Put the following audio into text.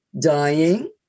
dying